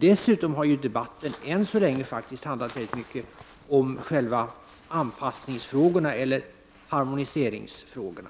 Dessutom har debatten än så länge handlat väldigt mycket om själva anpassningsfrågorna eller harmoniseringsfrågorna.